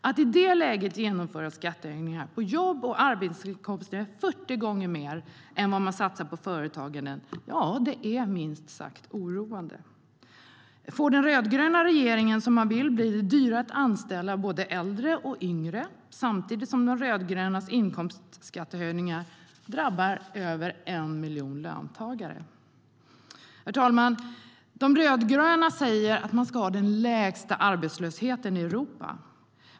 Att i det läget genomföra skattehöjningar på jobb och arbetsinkomster som är 40 gånger mer än vad man satsar på företagande är minst sagt oroande. STYLEREF Kantrubrik \* MERGEFORMAT InkomstskattHerr talman! De rödgröna säger att vi ska ha den lägsta arbetslösheten i Europa.